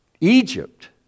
Egypt